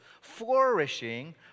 flourishing